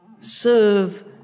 Serve